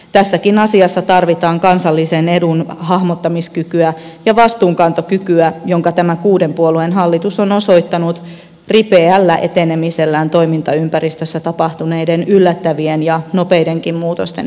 tässäkin asiassa tarvitaan kansallisen edun hahmottamiskykyä ja vastuunkantokykyä jonka tämä kuuden puolueen hallitus on osoittanut ripeällä etenemisellään toimintaympäristössä tapahtuneiden yllättävien ja nopeidenkin muutosten hetkellä